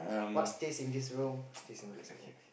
what stays in this room stays in this room